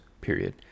period